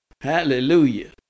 Hallelujah